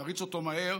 נריץ אותו מהר,